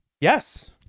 Yes